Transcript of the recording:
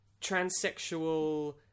transsexual